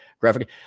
graphic